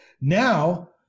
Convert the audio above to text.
Now